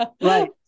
right